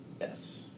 Yes